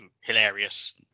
hilarious